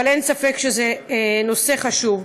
אבל אין ספק שזה נושא חשוב.